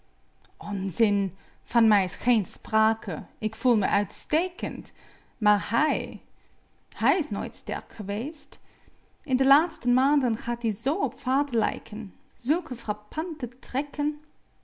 ander onzin van mij is geen sprake ik voel me uitstekend maar hij hij is nooit sterk geweest in de laatste maanden gaat-ie zoo op vader lijken zulke frappante trekken